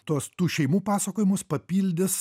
tuos tų šeimų pasakojimus papildys